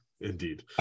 indeed